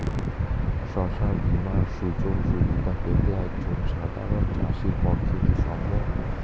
শস্য বীমার সুযোগ সুবিধা পেতে একজন সাধারন চাষির পক্ষে কি সম্ভব?